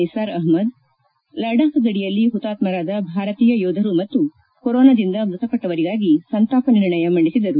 ನಿಸಾರ್ ಅಹಮ್ನದ್ ಲಡಾಖ್ ಗಡಿಯಲ್ಲಿ ಹುತಾತ್ಸರಾದ ಭಾರತೀಯ ಯೋಧರು ಮತ್ತು ಕೊರೋನಾದಿಂದ ಮೃತಪಟ್ಟವರಿಗಾಗಿ ಸಂತಾಪ ನಿರ್ಣಯ ಮಂಡಿಸಿದರು